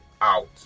out